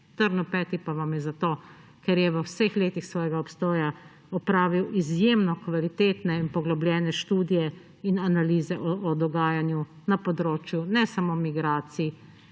Trn v peti pa vam je zato, ker je v vseh letih svojega obstoja opravil izjemno kvalitetne in poglobljene študije in analize o dogajanju na področju ne samo migracij,